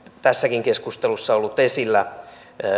tässäkin keskustelussa ollut esillä